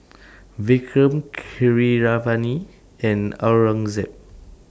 Vikram Keeravani and Aurangzeb